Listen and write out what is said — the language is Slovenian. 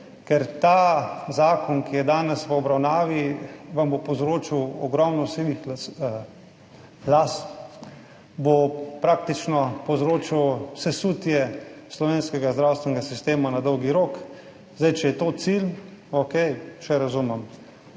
Ker ta zakon, ki je danes v obravnavi, vam bo povzročil ogromno sivih las, bo praktično povzročil sesutje slovenskega zdravstvenega sistema na dolgi rok. Če je to cilj, okej, še razumem,